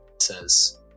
says